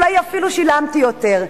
אולי אפילו שילמתי יותר.